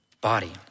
body